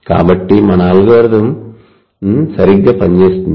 కాబట్టి మన అల్గోరిథం సరిగ్గా పనిచేస్తుంది